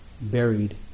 buried